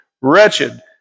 wretched